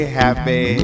happy